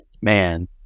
man